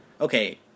Okay